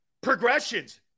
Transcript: progressions